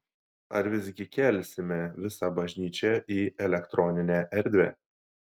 ar visgi kelsime visą bažnyčią į elektroninę erdvę